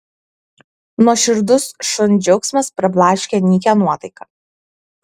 nuoširdus šuns džiaugsmas prablaškė nykią nuotaiką